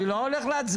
בבקשה.